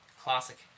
Classic